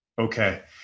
Okay